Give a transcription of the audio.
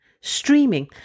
streaming